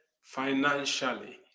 financially